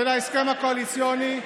של ההסכם הקואליציוני,